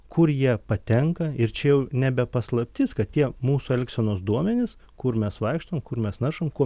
kur jie patenka ir čia jau nebe paslaptis kad tie mūsų elgsenos duomenys kur mes vaikštom kur mes naršom kuo